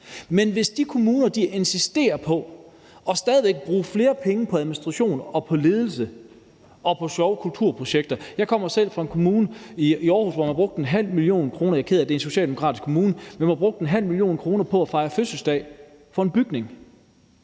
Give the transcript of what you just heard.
Men nogle kommuner insisterer på stadig væk at bruge flere penge på administration og ledelse og sjove kulturprojekter. Jeg kommer selv fra Aarhus Kommune, hvor man brugte 0,5 mio. kr. på at fejre fødselsdag for en bygning